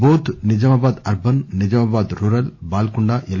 Boath Nizamabad urban Nizamabad rural Balkonda L